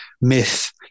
myth